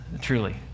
truly